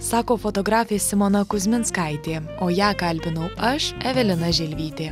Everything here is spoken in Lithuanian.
sako fotografė simona kuzminskaitė o ją kalbinau aš evelina želvytė